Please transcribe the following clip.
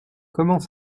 comment